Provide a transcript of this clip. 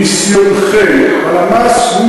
הלמ"ס הוא